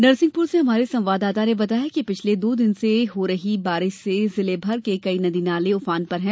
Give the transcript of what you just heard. नरसिंहपुर से हमारे संवाददाता ने बताया है कि पिछले दो दिन से हो रही बारिश से जिले भर के कई नदी नाले उफान पर है